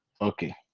Okay